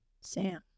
Sam